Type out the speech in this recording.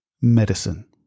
medicine